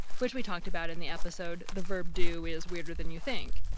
which we talked about in the episode the verb do is weirder than you think.